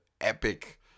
epic